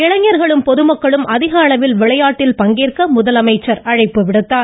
இளைஞர்களும் பொதுமக்களும் அதிக அளவில் விளையாட்டில் பங்கேற்க முதலமைச்சர் அழைப்பு விடுத்தார்